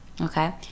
Okay